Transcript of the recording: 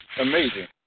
Amazing